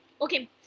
Okay